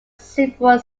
several